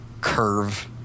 curve